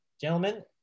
gentlemen